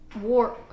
War